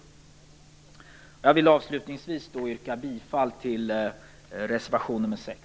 Jag vill avslutningsvis yrka bifall till reservation 6.